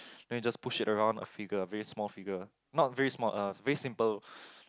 then you just push it around a figure a very small figure not very small uh very simple